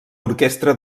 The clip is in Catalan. orquestra